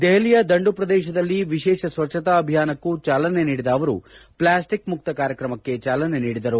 ದೆಹಲಿಯ ದಂಡು ಪ್ರದೇಶದಲ್ಲಿ ವಿಶೇಷ ಸ್ವಚ್ಚತಾ ಅಭಿಯಾನಕ್ಕೂ ಚಾಲನೆ ನೀಡಿದ ಅವರು ಪ್ಲಾಸ್ಸಿಕ್ ಮುಕ್ತ ಕಾರ್ಯಕ್ರಮಕ್ಕೆ ಚಾಲನೆ ನೀಡಿದರು